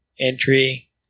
entry